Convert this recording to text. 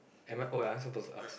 am I oh you aren't supposed to ask